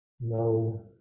no